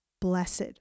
blessed